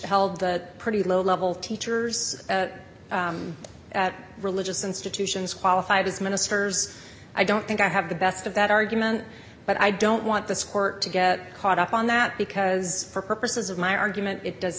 held the pretty low level teachers at religious institutions qualified as ministers i don't think i have the best of that argument but i don't want this court to get caught up on that because for purposes of my argument it does